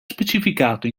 specificato